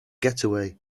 getaway